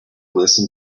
listen